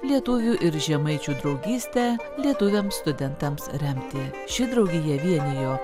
lietuvių ir žemaičių draugystę lietuviams studentams remti ši draugija vienijo